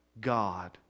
God